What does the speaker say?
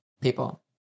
people